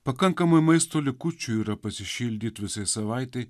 pakankamai maisto likučių yra pasišildyt visai savaitei